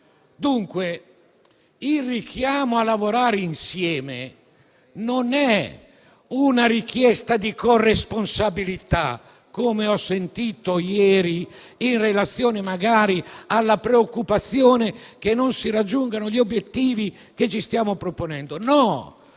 Dunque, il richiamo a lavorare insieme, dunque, non è una richiesta di corresponsabilità, come ho sentito dire ieri in relazione magari alla preoccupazione che non si raggiungano gli obiettivi che ci stiamo proponendo. No.